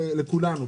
לכולנו.